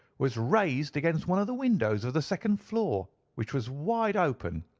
was raised against one of the windows of the second floor, which was wide open.